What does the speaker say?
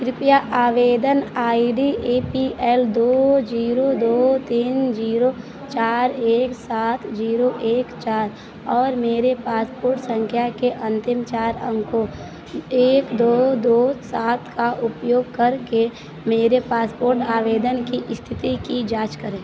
कृपया आवेदन I D A P L दो जीरो दो तीन जीरो चार एक सात जीरो एक चार और मेरे पासपोर्ट संख्या के अंतिम चार अंकों एक दो दो सात का उपयोग करके मेरे पासपोर्ट आवेदन की स्थिति की जांच करें